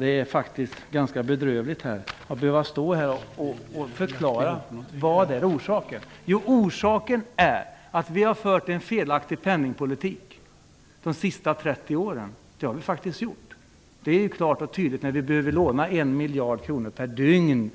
Det är ganska bedrövligt att behöva stå här och förklara. Vad är orsaken? Jo, orsaken är att vi har fört en felaktig penningpolitik de senaste 30 åren. Det är klart och tydligt när vi behöver låna 1 miljard kronor per dygn.